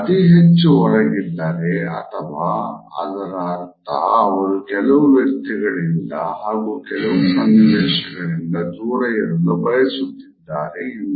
ಅತಿ ಹೆಚ್ಚು ಒರಗಿದ್ದರೆ ಅದರ ಅರ್ಥ ಅವರು ಕೆಲವು ವ್ಯಕ್ತಿಗಳಿಂದ ಹಾಗು ಕೆಲವು ಸನ್ನಿವೇಶಗಳಿಂದ ದೂರ ಇರಲು ಬಯಸುತ್ತಿದ್ದರೆಂದು